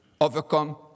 overcome